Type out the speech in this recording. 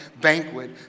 banquet